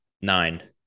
Nine